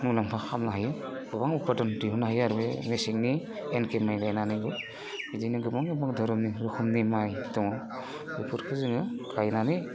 मुलामफा खालामनो हायो गोबां फरदान दिहुननो हायो आरो बे मेसेंनि एनके माइ गायनानैबो बिदिनो गोबां धरननि माइ दङ बेफोरखौ जोङो गायनानै